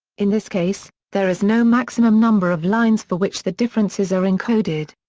in this case, there is no maximum number of lines for which the differences are encoded.